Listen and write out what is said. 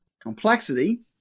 complexity